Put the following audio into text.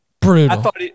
Brutal